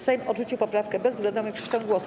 Sejm odrzucił poprawkę bezwzględną większością głosów.